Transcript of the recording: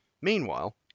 Meanwhile